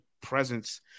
presence